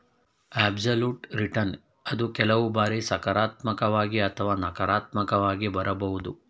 absolute return ಅದು ಕೆಲವು ಬಾರಿ ಸಕಾರಾತ್ಮಕವಾಗಿ ಅಥವಾ ನಕಾರಾತ್ಮಕವಾಗಿ ಬರಬಹುದು